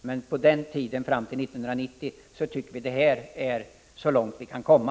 Men när det gäller tiden fram till 1990 tycker vi att det här är att gå så långt vi kan komma.